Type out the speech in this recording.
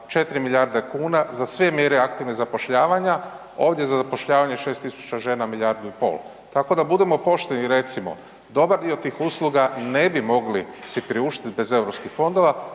4 milijarde kuna za sve mjere aktivnog zapošljavanja, ovdje za zapošljavanje 6000 žena milijardu i pol, tako da budimo pošteni i recimo, dobar dio tih usluga ne bi mogli si priuštit bez europskih fondova.